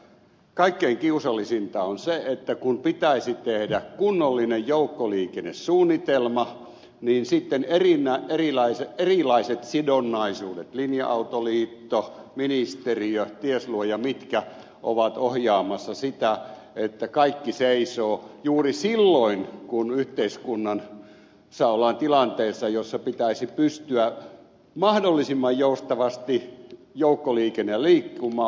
kaikkein kiusallisinta on se että kun pitäisi tehdä kunnollinen joukkoliikennesuunnitelma niin sitten erilaiset sidonnaisuudet linja autoliitto ministeriö ties luoja mitkä ovat ohjaamassa sitä niin että kaikki seisoo juuri silloin kun yhteiskunnassa ollaan tilanteessa jossa joukkoliikenteen pitäisi pystyä mahdollisimman joustavasti liikkumaan